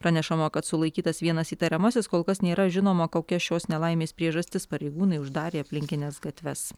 pranešama kad sulaikytas vienas įtariamasis kol kas nėra žinoma kokia šios nelaimės priežastis pareigūnai uždarė aplinkines gatves